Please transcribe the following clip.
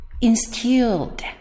instilled